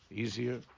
easier